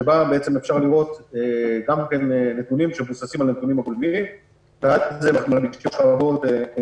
שבה אפשר לראות נתונים שמבוססים על נתונים --- וכמו שציינתי,